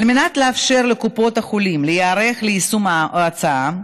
על מנת לאפשר לקופות החולים להיערך ליישום ההצעה,